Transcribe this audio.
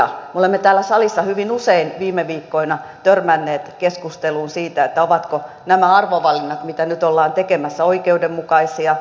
me olemme täällä salissa hyvin usein viime viikkoina törmänneet keskusteluun siitä ovatko nämä arvovalinnat mitä nyt ollaan tekemässä oikeudenmukaisia